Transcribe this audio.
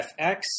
FX